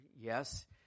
Yes